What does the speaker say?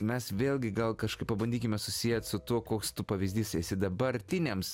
mes vėlgi gal kažkaip pabandykime susiet su tuo koks tu pavyzdys esi dabartiniams